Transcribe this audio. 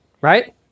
right